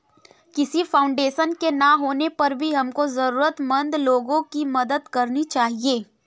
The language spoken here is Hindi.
किसी फाउंडेशन के ना होने पर भी हमको जरूरतमंद लोगो की मदद करनी चाहिए